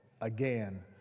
again